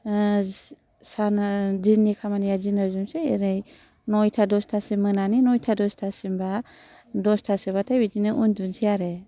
साना दिननि खामानिआ दिनाव जोबसै ओरै नइथा दस्तासिम मोनानि नयथा दस्थासिमबा दस्थासोबाथाय बिदिनो उन्दुनसै आरो